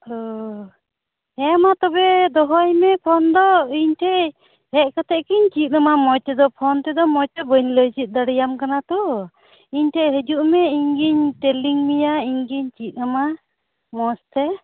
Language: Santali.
ᱚᱻ ᱦᱮᱸ ᱢᱟ ᱛᱚᱵᱮ ᱫᱚᱦᱚᱭ ᱢᱮ ᱯᱷᱳᱱ ᱫᱚ ᱤᱧ ᱴᱷᱮᱱ ᱦᱮᱡ ᱠᱟᱛᱮᱫ ᱜᱮᱧ ᱪᱮᱫ ᱟᱢᱟ ᱢᱚᱡᱽ ᱫᱚ ᱯᱷᱳᱱ ᱛᱮᱫᱚ ᱢᱚᱡᱽ ᱫᱚ ᱵᱟᱹᱧ ᱞᱟᱹᱭ ᱪᱮᱫ ᱫᱟᱲᱮᱭᱟᱢ ᱠᱟᱱᱟ ᱛᱳ ᱤᱧ ᱴᱷᱮᱱ ᱦᱤᱡᱩᱜ ᱢᱮ ᱤᱧ ᱜᱮᱧ ᱴᱮᱨᱞᱤᱝ ᱢᱮᱭᱟ ᱤᱧ ᱜᱮᱧ ᱪᱮᱫ ᱟᱢᱟ ᱢᱚᱡᱽ ᱛᱮ